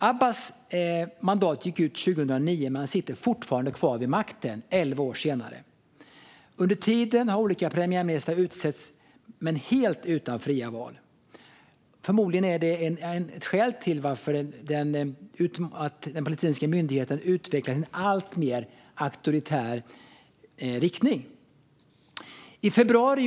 Abbas mandat gick ut 2009, men han sitter fortfarande kvar vid makten elva år senare. Under denna tid har olika premiärministrar utsetts men helt utan fria val. Förmodligen är det ett skäl till att den palestinska myndigheten utvecklats i en alltmer auktoritär riktning. Fru talman!